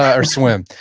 or swim.